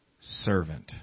servant